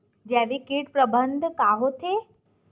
जैविक कीट प्रबंधन का होथे?